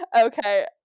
okay